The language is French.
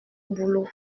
boulot